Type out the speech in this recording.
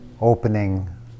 opening